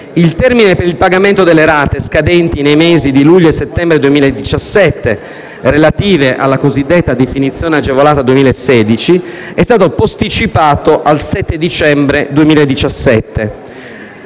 Il termine per il pagamento delle rate, scadenti nei mesi di luglio e settembre 2017, relative alla cosiddetta definizione agevolata 2016, è stato posticipato al 7 dicembre 2017